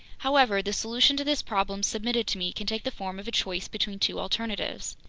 however, the solution to this problem submitted to me can take the form of a choice between two alternatives.